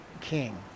king